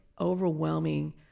overwhelming